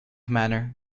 manner